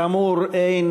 כאמור, אין